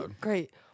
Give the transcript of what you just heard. great